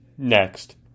Next